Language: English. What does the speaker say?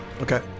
okay